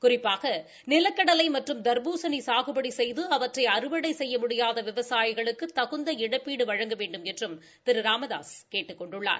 குறிப்பாக நிலக்கடலை மற்றும் தா்பூசணி சாகுபடி செய்து அவற்றை அறுவடை செய்ய முடியாத விவசாயிகளுக்கு தகுந்த இழப்பீடு வழங்க வேண்டுமென்றும் திரு ராமதாஸ் கேட்டுக் கொண்டுள்ளார்